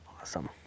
awesome